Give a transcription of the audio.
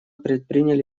предприняли